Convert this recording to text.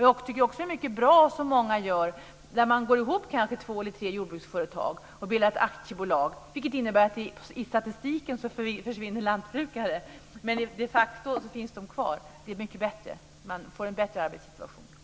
Jag tycker också att det är mycket bra att två eller tre jordbruksföretag går ihop och bildar ett aktiebolag, vilket många gör i dag. Det innebär att det i statistiken försvinner lantbrukare, men att de de facto finns kvar. Det är mycket bättre - man får en bättre arbetssituation.